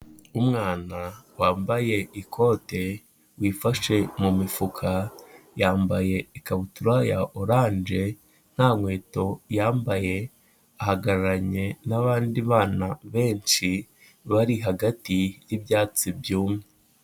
Umwana wambaye ikote wifashe mu mifuka, yambaye ikabutura ya oranje nta nkweto yambaye, ahagararanye n'abandi bana benshi bari hagati y'ibyatsi byumye.